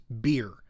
beer